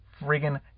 friggin